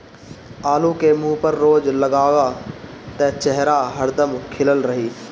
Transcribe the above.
आलू के मुंह पर रोज लगावअ त चेहरा हरदम खिलल रही